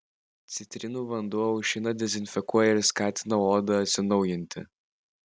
citrinų vanduo aušina dezinfekuoja ir skatina odą atsinaujinti